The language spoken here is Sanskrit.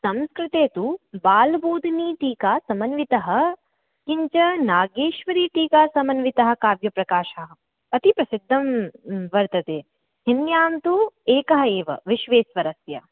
संस्कृते तु बालबोधिनीटीका समन्वितः किञ्च नागेश्वरीटीका समन्वितः काव्यप्रकाशः अति प्रसिद्धं वर्तते हिन्द्यां तु एकः एव विश्वेस्वरस्य